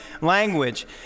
language